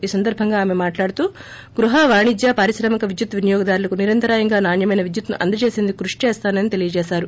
ఈ సందర్భంగా ఆమె మాట్లాడుతూ గృహ వాణిజ్య పారిశ్రామిక విద్యుత్ వినియోగదారులకు నిరంతరాయంగా నాణ్యమైన విద్యుత్తును అందించేందుకు కృషి చేస్తానని తెలిపారు